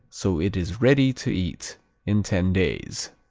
so it is ready to eat in ten days.